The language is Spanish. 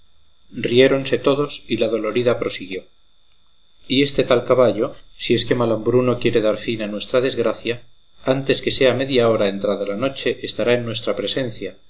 mundo riéronse todos y la dolorida prosiguió y este tal caballo si es que malambruno quiere dar fin a nuestra desgracia antes que sea media hora entrada la noche estará en nuestra presencia